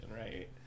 right